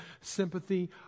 sympathy